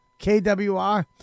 kwr